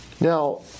Now